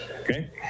Okay